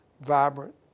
vibrant